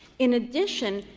in addition,